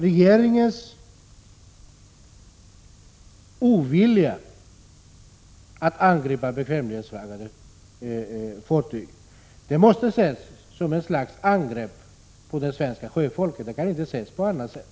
Regeringens ovilja att angripa problemet med bekvämlighetsflaggade fartyg måste ses som ett angrepp på det svenska sjöfolket — det kan inte ses på annat sätt.